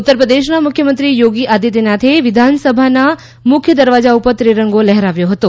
ઉત્તર પ્રદેશના મુખ્યમંત્રી યોગી આદિત્યનાથે વિધાનસભાના પ્રમુખ દરવાજા ઉપર ત્રિરંગો લહેરાવ્યો હતો